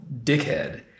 dickhead